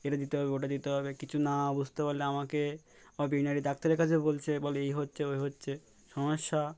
এটা দিতে হবে ওটা দিতে হবে কিছু না বুঝতে পারলে আমাকে আমার ভেটেনারি ডাক্তারের কাছে বলছে বলে এই হচ্ছে ওই হচ্ছে সমস্যা